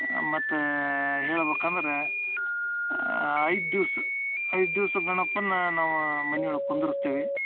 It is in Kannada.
ಮತ್ತು ಹೇಳ್ಬೇಕಂದರೆ ಐದು ದಿವ್ಸ ಐದು ದಿವಸ ಗಣಪನ್ನ ನಾವು ಮನೆ ಒಳಗೆ ಕುಂದರ್ಸ್ಸ್ತೀವಿ